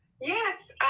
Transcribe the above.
Yes